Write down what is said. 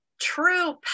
true